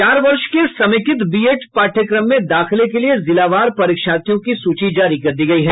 चार वर्ष के समेकित बीएड पाठ्यक्रम में दाखिले के लिये जिलावार परीक्षार्थियों की सूची जारी कर दी गयी है